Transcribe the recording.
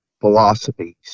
philosophies